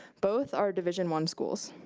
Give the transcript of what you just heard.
both are division one schools.